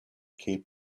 cape